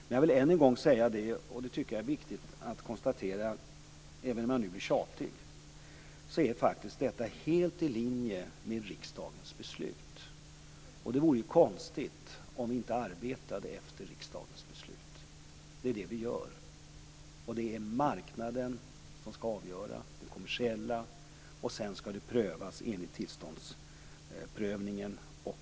Men jag vill än en gång säga, och det tycker jag är viktigt att konstatera, även om jag nu blir tjatig, att detta faktiskt är helt i linje med riksdagens beslut. Det vore konstigt om vi inte arbetade efter riksdagens beslut. Det är det vi gör. Och det är marknaden som skall avgöra det kommersiella. Sedan skall det göras en tillståndsprövning.